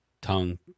tongue